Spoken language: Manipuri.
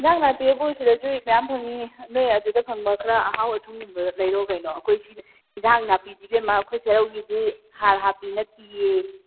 ꯏꯟꯁꯥꯡ ꯅꯥꯄꯤ ꯑꯩꯈꯣꯏ ꯁꯤꯗꯁꯨ ꯃꯌꯥꯝ ꯐꯪꯉꯤ ꯅꯣꯏ ꯑꯗꯨꯗ ꯐꯪꯕ ꯈꯔ ꯑꯍꯥꯎ ꯑꯊꯨꯝꯒꯨꯝꯕ ꯂꯩꯔꯛꯑꯣ ꯀꯩꯅꯣ ꯑꯩꯈꯣꯏꯁꯤ ꯏꯟꯖꯥꯡ ꯅꯥꯄꯤꯁꯦ ꯏꯕꯦꯝꯃ ꯑꯩꯈꯣꯏ ꯁ꯭ꯋꯥꯏ ꯎꯔꯤꯁꯤꯗꯤ ꯍꯥꯔ ꯍꯥꯞꯄꯤ ꯅꯠꯇꯤꯌꯦ